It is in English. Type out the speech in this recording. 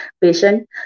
patient